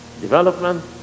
Development